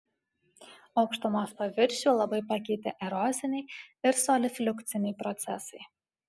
aukštumos paviršių labai pakeitė eroziniai ir solifliukciniai procesai